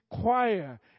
choir